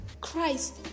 Christ